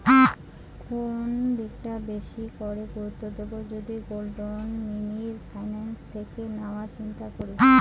কোন দিকটা বেশি করে গুরুত্ব দেব যদি গোল্ড লোন মিনি ফাইন্যান্স থেকে নেওয়ার চিন্তা করি?